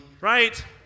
right